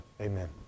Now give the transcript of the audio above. amen